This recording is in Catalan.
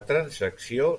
transacció